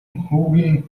хүүгийн